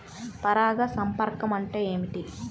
పరాగ సంపర్కం అంటే ఏమిటి?